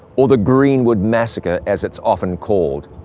or the greenwood massacre, as it's often called.